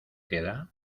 queda